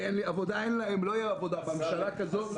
ואין להם עבודה בממשלה כזאת.